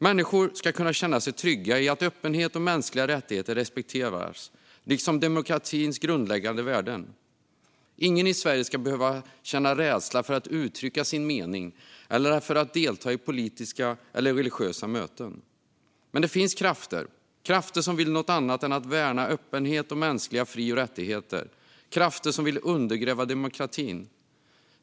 Människor ska kunna känna sig trygga med att öppenhet och mänskliga rättigheter respekteras, liksom demokratins grundläggande värden. Ingen i Sverige ska behöva känna rädsla för att uttrycka sin mening eller för att delta i politiska eller religiösa möten. Men det finns krafter som vill något annat än att värna öppenhet och mänskliga fri och rättigheter, krafter som vill undergräva demokratin.